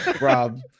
Rob